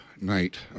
night